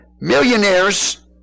Millionaires